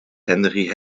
henry